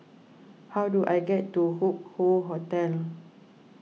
how do I get to Hup Hoe Hotel